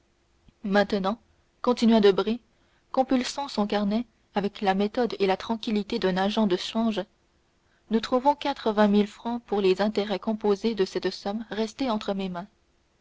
maintenant continua debray compulsant son carnet avec la méthode et la tranquillité d'un agent de change nous trouvons quatre-vingt mille francs pour les intérêts composés de cette somme restée entre mes mains